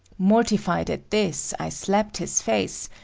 mortified at this, i slapped his face,